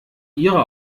ihrer